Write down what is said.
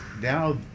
now